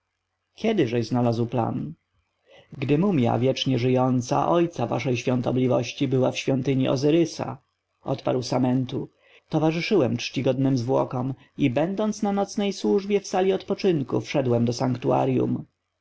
seta kiedyżeś znalazł plan gdy mumja wiecznie żyjąca ojca waszej świątobliwości była w świątyni ozyrysa odparł samentu towarzyszyłem czcigodnym zwłokom i będąc na nocnej służbie w sali odpoczynku wszedłem do